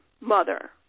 mother